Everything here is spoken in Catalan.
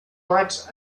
lots